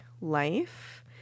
Life